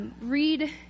read